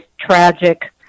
tragic